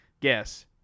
guess